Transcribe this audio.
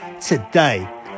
today